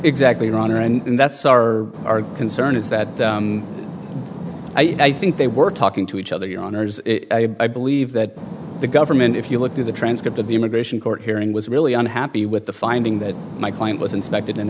exactly iran and that's our our concern is that i think they were talking to each other your honour's i believe that the government if you look through the transcript of the immigration court hearing was really unhappy with the finding that my client was inspected and